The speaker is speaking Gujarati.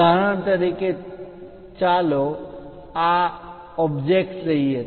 ઉદાહરણ તરીકે ચાલો આ ઓબ્જેક્ટ લઈએ